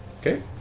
Okay